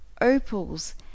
opals